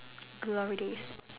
glory days